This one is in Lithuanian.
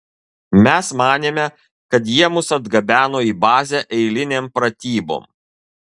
mes manėme kad jie mus atgabeno į bazę eilinėms pratyboms